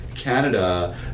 Canada